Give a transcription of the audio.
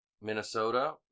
Minnesota